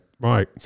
right